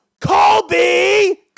Colby